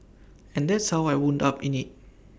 and that's how I wound up in IT